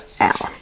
out